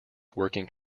working